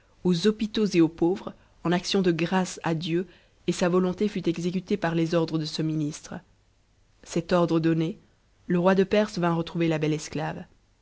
aux hôpitaux et aux pauvres en action de grâces à dieu et sa volonté fut exécutée par les ordres de ce ministre cet ordre donné le roi de perse vint retrouver la belle esclave